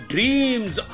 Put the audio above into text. Dreams